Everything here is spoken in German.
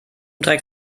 dreck